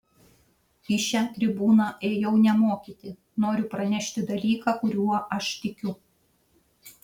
į šią tribūną ėjau ne mokyti noriu pranešti dalyką kuriuo aš tikiu